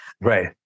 Right